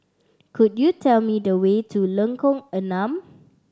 could you tell me the way to Lengkong Enam